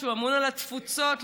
שאמון על התפוצות,